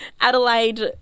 Adelaide